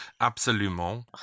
Absolument